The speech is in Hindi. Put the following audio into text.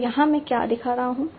तो यहाँ मैं क्या दिखा रहा हूँ